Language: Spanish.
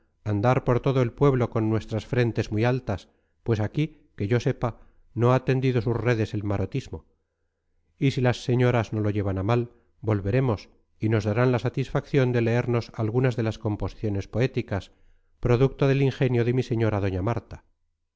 andar por todo el pueblo con nuestras frentes muy altas pues aquí que yo sepa no ha tendido sus redes el marotismo y si las señoras no lo llevan a mal volveremos y nos darán la satisfacción de leernos algunas de las composiciones poéticas producto del ingenio de mi señora doña marta